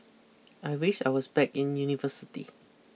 I wish I was back in university